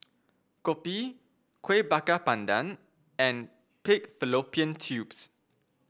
kopi Kueh Bakar Pandan and Pig Fallopian Tubes